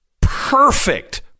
perfect